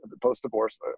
post-divorce